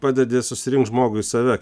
padedi susirinkt žmogui save